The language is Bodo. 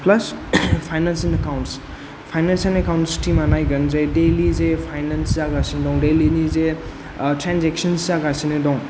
plus finance and accounts finance and accounts टिमा नायगोन जे दैलि जे फायनेन्स जागासिनो दं दैलि नि जे ट्रेन्जेक्सन जागासिनो दं